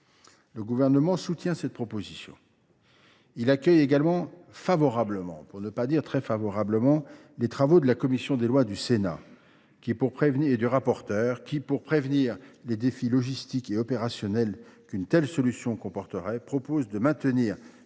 Le Gouvernement soutient cette proposition de loi. Il accueille également favorablement, pour ne pas dire très favorablement, les travaux de la commission des lois du Sénat et de son rapporteur, qui, eu égard aux défis logistiques et opérationnels qu’une telle solution comporterait, ont choisi